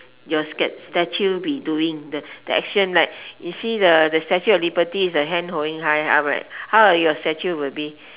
will your statue be doing like you see the statue of liberty is the hand holding high up right so what will your statue be